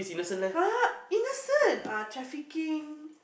!huh! innocent err trafficking